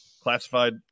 Classified